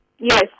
Yes